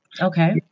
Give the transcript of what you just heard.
Okay